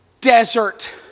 desert